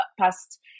past